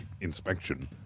inspection